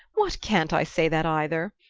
what can't i say that either?